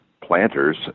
planters